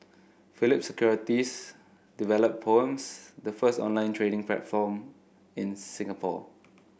Phillip Securities developed Poems the first online trading platform in Singapore